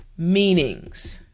meanings.